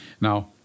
now